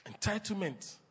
Entitlement